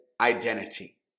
identity